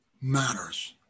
matters